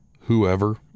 whoever